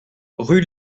rue